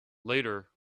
later